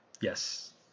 Yes